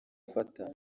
ufata